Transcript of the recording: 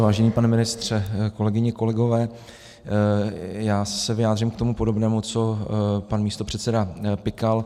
Vážený pane ministře, kolegyně, kolegové, já se vyjádřím k tomu podobnému, co pan místopředseda Pikal.